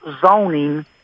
zoning